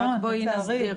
רק בואי נסביר.